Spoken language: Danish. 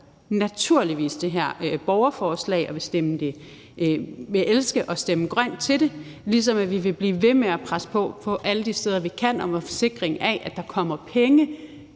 naturligvis det her borgerforslag, og vi vil elske at stemme grønt til det, ligesom vi vil blive ved med at presse på alle de steder, vi kan, for en sikring af, at der kommer penge